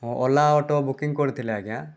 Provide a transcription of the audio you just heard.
Ola auto booking କରିଥିଲି ଆଜ୍ଞା